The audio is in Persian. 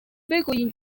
بگوییم